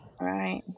right